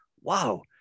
wow